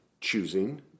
choosing